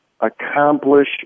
accomplish